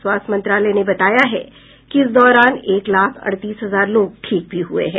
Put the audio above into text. स्वास्थ्य मंत्रालय ने बताया है कि इस दौरान एक लाख अड़तीस हजार लोग ठीक भी हुए हैं